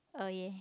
oh ya